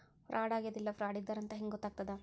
ಫ್ರಾಡಾಗೆದ ಇಲ್ಲ ಫ್ರಾಡಿದ್ದಾರಂತ್ ಹೆಂಗ್ ಗೊತ್ತಗ್ತದ?